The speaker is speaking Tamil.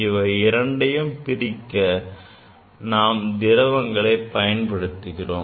இவை இரண்டையும் பிரிக்க நாம் திரவங்களை பயன்படுத்துகிறோம்